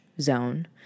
zone